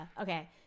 Okay